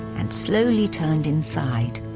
and slowly turned inside.